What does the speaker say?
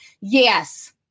Yes